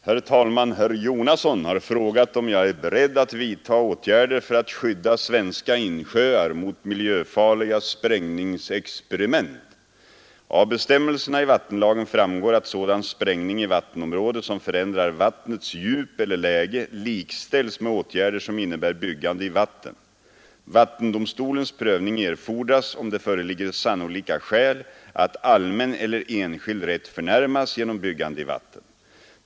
Herr talman! Herr Jonasson har frågat om jag är beredd att vidtaga åtgärder för att skydda svenska insjöar mot miljöfarliga sprängningsexperiment. Av bestämmelserna i vattenlagen framgår att sådan sprängning i vattenområde som förändrar vattnets djup eller läge likställs med åtgärder som innebär byggande i vatten. Vattendomstolens prövning erfordras, om det föreligger sannolika skäl att allmän eller enskild rätt förnärmas genom byggande i vatten.